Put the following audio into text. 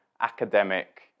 academic